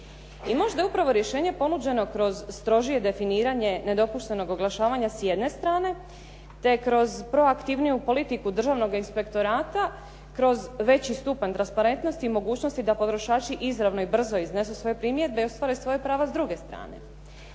I možda je upravo rješenje ponuđeno kroz strožije definiranje nedopuštenog oglašavanja s jedne strane te kroz proaktivniju politiku Državnog inspektorata, kroz veći stupanj transparentnosti i mogućnosti da potrošači izravno i brzo iznesu svoje primjedbe i ostvare svoja prava s druge strane.